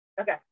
Okay